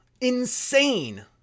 Insane